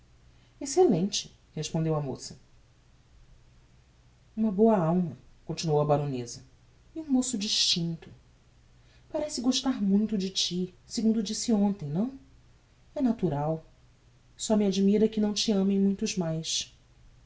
excellente respondeu a moça uma boa alma continuou a baroneza e um moço distincto parece gostar muito de ti segundo disse hontem não é natural só me admira que não te amem muitos mais